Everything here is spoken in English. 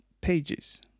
pages